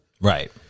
Right